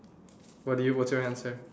what did you what's your answer